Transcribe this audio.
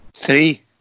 Three